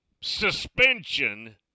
suspension